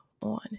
on